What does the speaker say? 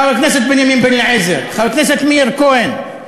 חבר הכנסת בנימין בן-אליעזר, חבר הכנסת מאיר כהן,